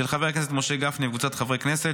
של חבר הכנסת משה גפני וקבוצת חברי הכנסת,